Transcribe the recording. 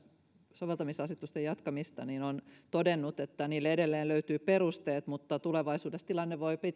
soveltamisasetusten jatkamista todennut että niille edelleen löytyy perusteet mutta tulevaisuudessa tilanne voi